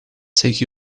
take